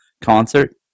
concert